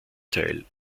teil